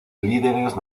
líderes